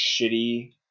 shitty